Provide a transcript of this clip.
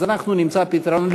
אז אנחנו נמצא פתרון,